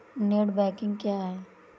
Net banking क्या है?